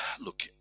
look